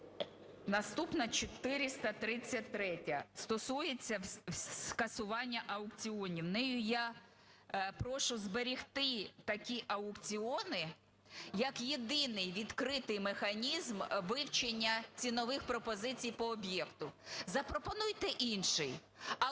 Наступна – 433-я, стосується скасування аукціонів. Нею я прошу зберегти такі аукціони, як єдиний відкритий механізм вивчення цінових пропозицій по об'єкту. Запропонуйте інший, але не